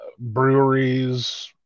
breweries